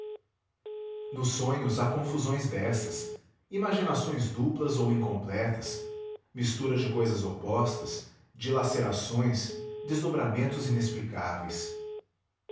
nos sonhos há confusões dessas imaginações duplas ou incompletas mistura de cousas opostas dilacerações desdobramentos inexplicáveis